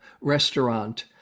restaurant